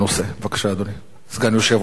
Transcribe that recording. בבקשה, אדוני, סגן יושב-ראש הכנסת.